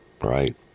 right